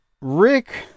Rick